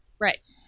Right